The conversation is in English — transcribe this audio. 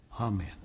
Amen